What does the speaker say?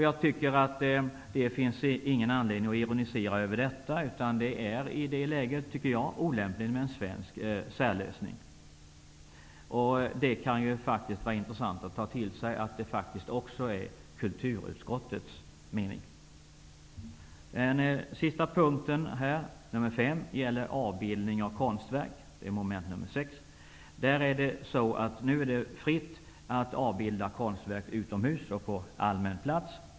Jag tycker inte att det finns någon anledning att ironisera över detta. I det här läget är det olämpligt med en svensk särlösning. Det kan faktiskt vara intressant att notera att detta också är kulturutskottets mening. Den femte punkten, slutligen, gäller avbildning av konstverk, mom. 6. Nu är det fritt att avbilda konstverk utomhus och på allmän plats.